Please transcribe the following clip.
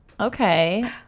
Okay